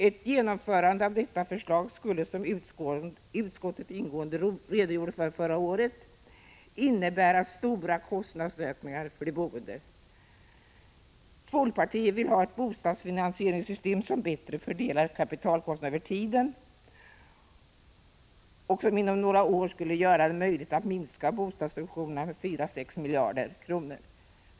Ett genomförande av detta förslag skulle, som utskottet ingående redogjorde för förra året, innebära stora kostnadsökningar för de boende. Folkpartiet vill ha ett bostadsfinansieringssystem som bättre fördelar kapitalkostnader över tiden och som inom några år skulle göra det möjligt att minska bostadssubventionerna med 4-6 miljarder kronor.